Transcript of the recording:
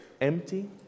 Empty